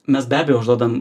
mes be abejo užduodam